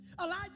Elijah